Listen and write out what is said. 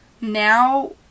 Now